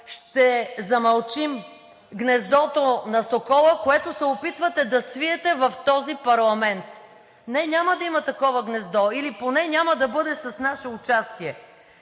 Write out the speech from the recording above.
ще замълчим – гнездото на Сокола, което се опитвате да свиете в този парламент? Не, няма да има такова гнездо или поне няма да бъде с наше участие.